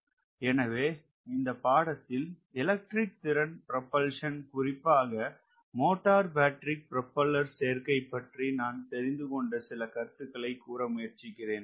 எனவே இந்த பாடத்தில் எலக்ட்ரிக் திறன் ப்ரொபல்ஷன் குறிப்பாக மோட்டார் பேட்டரி ப்ரொபெல்லர் சேர்க்கை பற்றி நான் தெரிந்துகொண்ட சில கருத்துக்களை கூற முயற்சிக்கிறேன்